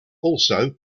also